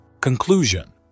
Conclusion